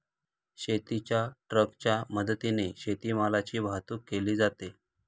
शेतीच्या ट्रकच्या मदतीने शेतीमालाची वाहतूक केली जाते